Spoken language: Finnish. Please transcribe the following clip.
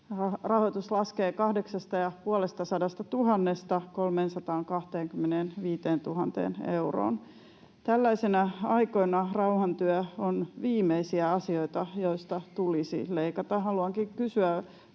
Rahoitus laskee 850 000:sta 325 000 euroon. Tällaisina aikoina rauhantyö on viimeisiä asioita, joista tulisi leikata.